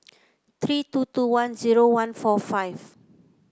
three two two one zero one four five